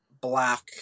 black